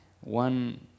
One